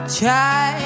try